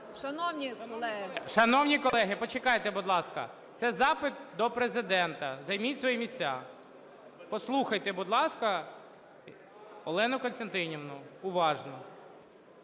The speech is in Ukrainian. Шановні колеги, почекайте, будь ласка, це запит до Президента. Займіть свої місця. Послухайте, будь ласка, Олену Костянтинівну уважно.